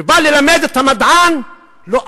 ובא ללמד את המדען: לא,